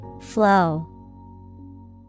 Flow